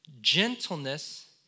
gentleness